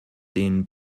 den